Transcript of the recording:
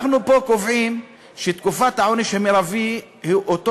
אנחנו פה קובעים שתקופת העונש המרבי של,